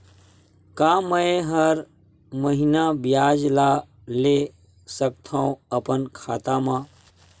का मैं हर महीना ब्याज ला ले सकथव अपन खाता मा?